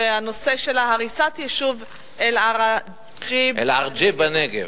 והנושא שלה: הריסת היישוב אל-עראקיב בנגב.